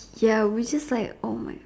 ya we're just like oh my